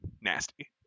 nasty